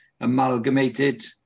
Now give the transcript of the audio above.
amalgamated